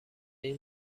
این